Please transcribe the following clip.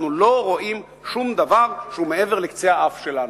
אנחנו לא רואים שום דבר שהוא מעבר לקצה האף שלנו.